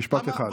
משפט אחד.